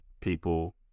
people